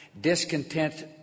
Discontent